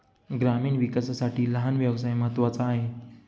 ग्रामीण विकासासाठी लहान व्यवसाय महत्त्वाचा आहे